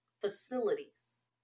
facilities